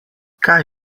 kaj